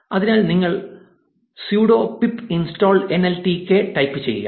അതിനാൽ നിങ്ങൾ sudo pip install NLTK type ചെയ്യുക